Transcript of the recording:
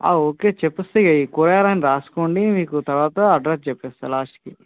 okay చెప్పి కూరగాయలు అని రాసుకోండి మీకు తర్వాత అడ్రస్ చెప్తా లాస్ట్కి